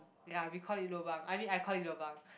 ya we called it lobang I mean I called it lobang